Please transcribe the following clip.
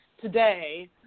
today